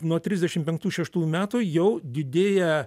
nuo trisdešim penktų šeštųjų metų jau didėja